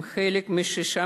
הם חלק משישה